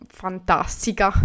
fantastica